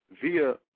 via